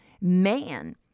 man